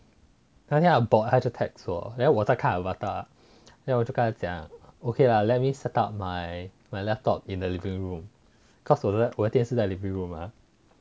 那天他 bored 他就 text 我 then 我在看 avatar then 我就跟他讲 okay lah let me set up my my laptop in the living room cause 我的电视在 living room mah